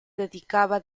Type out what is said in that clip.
dedicaba